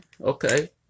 Okay